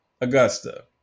augusta